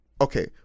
Okay